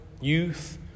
youth